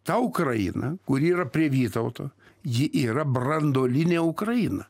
ta ukraina kuri yra prie vytauto ji yra branduolinė ukraina